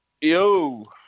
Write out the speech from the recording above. Yo